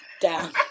down